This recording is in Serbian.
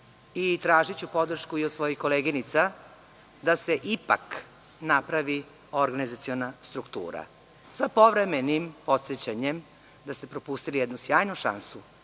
i tražiću podršku i od svojih koleginica da se ipak napravi organizaciona struktura, sa povremenim podsećanjem da ste propustili jednu sjajnu šansu